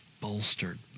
bolstered